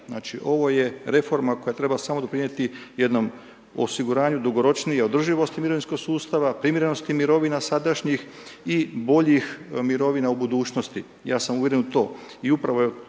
Znači ovo je reforma koja treba samo doprinijeti jednom osiguranju dugoročnije održivosti mirovinskog sustava, primjerenosti mirovina sadašnjih i boljih mirovina u budućnosti, ja sam uvjeren u to.